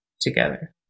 together